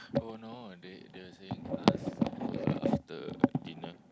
oh no they they were saying uh supper after dinner